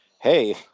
Hey